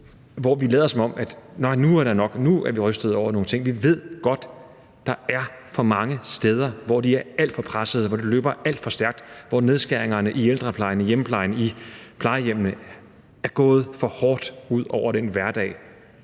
hvor vi lader som om og siger: Nej, nu er det nok; nu er vi rystede over nogle ting. Vi ved godt, at der er for mange steder, hvor de er alt for pressede, hvor de løber alt for stærkt, og hvor nedskæringerne i ældreplejen, i hjemmeplejen og på plejehjemmene er gået for hårdt ud over hverdagen